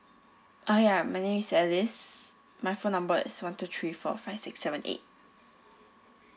ah ya my name is alice my phone number is one two three four five six seven eight